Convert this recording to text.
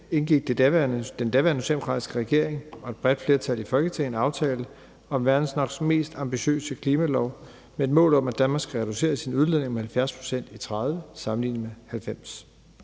indgik den daværende socialdemokratiske regering og et bredt flertal i Folketinget en aftale om verdens nok mest ambitiøse klimalov med et mål om, at Danmark skal reducere sine udledninger med 70 pct. i 2030 sammenlignet med 1990.